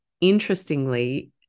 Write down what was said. interestingly